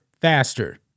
faster